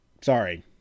sorry